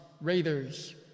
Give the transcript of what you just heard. raiders